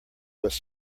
was